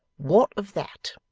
what of that